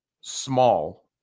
small